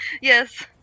yes